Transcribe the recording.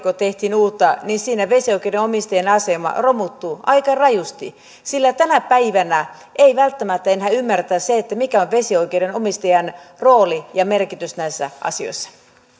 kun tehtiin uutta kalastuslakia niin siinä vesioikeuden omistajien asema romuttui aika rajusti sillä tänä päivänä ei välttämättä enää ymmärretä sitä että mikä on vesioikeuden omistajan rooli ja merkitys näissä asioissa